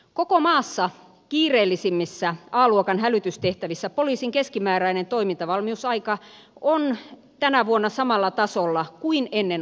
koko maassa kiireellisimmissä a luokan hälytystehtävissä poliisin keskimääräinen toimintavalmiusaika on tänä vuonna samalla tasolla kuin ennen organisaatiomuutosta